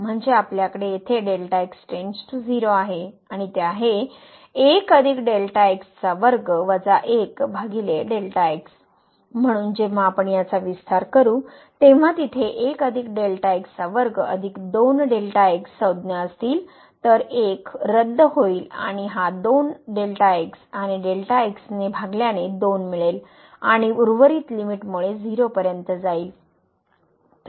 म्हणजे आपल्याकडे येथे आहे आणि ते आहे म्हणून जेव्हा आपण याचा विस्तार करू तेव्हा तेथे संज्ञा असतील तर 1 1 रद्द होईल आणि हा आणि ने भागल्याने 2 मिळेल आणि उर्वरित लिमिटमुळे 0 पर्यंत जाईल